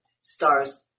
stars